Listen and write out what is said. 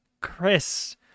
Chris